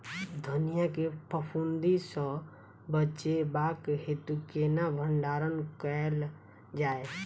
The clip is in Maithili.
धनिया केँ फफूंदी सऽ बचेबाक हेतु केना भण्डारण कैल जाए?